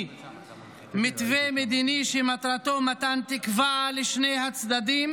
מתווה מדיני שמטרתו מתן תקווה לשני הצדדים